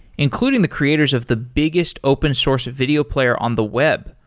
including the creators of the biggest open source video player on the web,